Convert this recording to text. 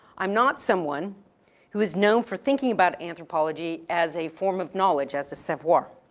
i'm not someone who's know for thinking about anthropology as a form of knowledge, as a savoir.